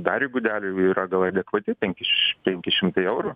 dariui gudeliui yra gal adekvati penki penki šimtai eurų